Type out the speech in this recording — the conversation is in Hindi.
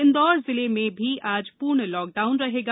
इंदौर जिले में भी आज पूर्ण लॉकडाउन रहेगा